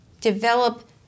develop